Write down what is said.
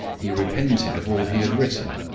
he repented of all he had written,